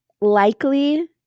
Likely